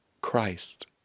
Christ